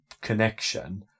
connection